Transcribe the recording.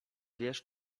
wiesz